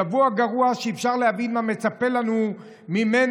שבוע גרוע שאפשר להבין מה מצפה לנו ממנה,